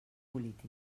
polític